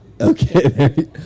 Okay